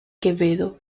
quevedo